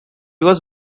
was